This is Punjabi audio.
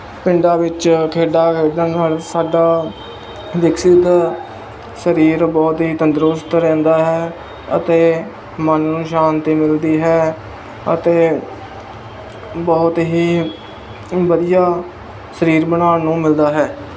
ਪਿੰਡਾਂ ਵਿੱਚ ਖੇਡਾਂ ਖੇਡਣ ਨਾਲ ਸਾਡਾ ਵਿਕਸਿਤ ਸਰੀਰ ਬਹੁਤ ਹੀ ਤੰਦਰੁਸਤ ਰਹਿੰਦਾ ਹੈ ਅਤੇ ਮਨ ਨੂੰ ਸ਼ਾਤੀ ਮਿਲਦੀ ਹੈ ਅਤੇ ਬਹੁਤ ਹੀ ਵਧੀਆ ਸਰੀਰ ਬਣਾਉਣ ਨੂੰ ਮਿਲਦਾ ਹੈ